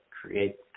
create